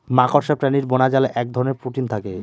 মাকড়সা প্রাণীর বোনাজালে এক ধরনের প্রোটিন থাকে